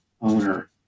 owner